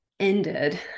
ended